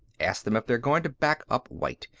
ask them if they're going to back up white.